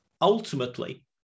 ultimately